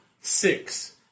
six